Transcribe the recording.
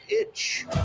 itch